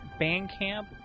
bandcamp